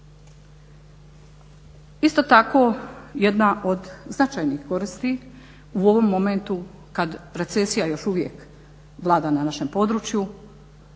Isto tako, jedna od značajnih koristi u ovom momentu kad recesija još uvijek vlada na našem području